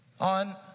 on